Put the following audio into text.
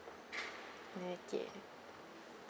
okay